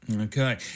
Okay